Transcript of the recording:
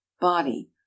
body